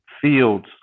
Fields